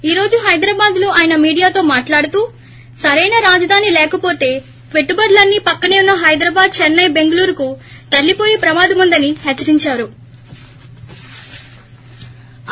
ఈ రోజు హైదరాబాద్ లో అయన మీడియాతో మాట్లాడుతూ సరైన రాజధాని లేకపోతే పెట్టుబడులన్నీ పక్కనే ఉన్న హైదరాబాద్ చెన్నై బెంగళూరుకు తరలిపోయే ప్రమాదముందని హెచ్చరిందారు